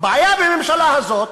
הבעיה בממשלה הזאת,